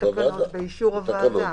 באישור הוועדה.